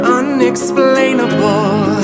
unexplainable